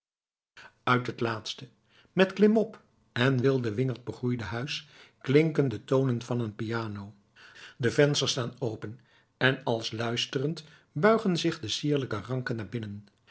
uit het laatste met klimop en wilden wingerd begroeide huis klinken de tonen van een piano de vensters staan open en als luisterend buigen zich de sierlijke ranken naar binnen